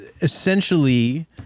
essentially